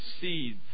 seeds